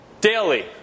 daily